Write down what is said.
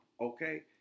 okay